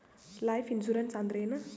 Life insurance ಅಂದ್ರ ಏನ?